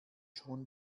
schon